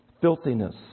Filthiness